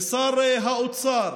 לשר האוצר,